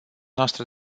noastră